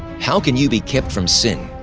how can you be kept from sin?